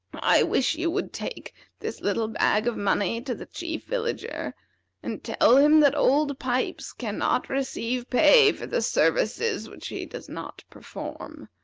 i wish you would take this little bag of money to the chief villager and tell him that old pipes cannot receive pay for the services which he does not perform.